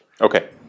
Okay